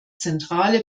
zentrale